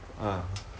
ah